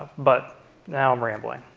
but now i'm rambling.